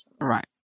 Right